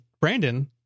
Brandon